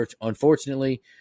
Unfortunately